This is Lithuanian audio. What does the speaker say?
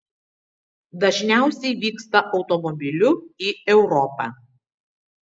dažniausiai vyksta automobiliu į europą